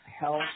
health